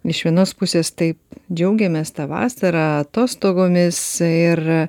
iš vienos pusės taip džiaugiamės ta vasara atostogomis ir